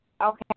okay